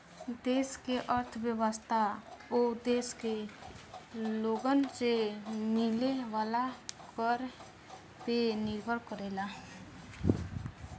देश के अर्थव्यवस्था ओ देश के लोगन से मिले वाला कर पे निर्भर करेला